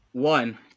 One